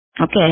okay